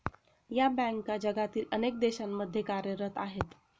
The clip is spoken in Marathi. या बँका जगातील अनेक देशांमध्ये कार्यरत आहेत